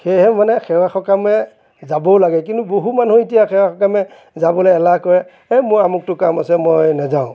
সেয়েহে মানে সেৱা সকামে যাবও লাগে কিন্তু বহু মানুহে এতিয়া সেৱা সকামে যাবলৈ এলাহ কৰে এই মোৰ অমুকটো কাম আছে মই নাযাওঁ